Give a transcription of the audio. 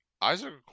Isaac